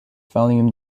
volume